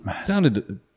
sounded